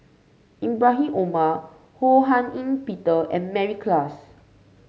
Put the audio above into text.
Ibrahim Omar Ho Hak Ean Peter and Mary Klass